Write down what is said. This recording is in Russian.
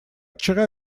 вчера